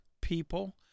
people